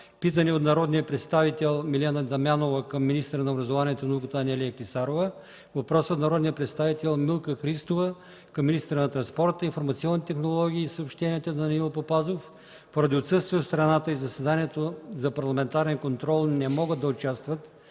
питане от народния представител Милена Дамянова към министъра на образованието и науката Анелия Клисарова; - въпрос от народния представител Милка Христова към министъра на транспорта, информационните технологии и съобщенията Данаил Папазов. Поради отсъствие от страната, в заседанието за парламентарен контрол не могат да участват